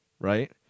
right